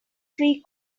free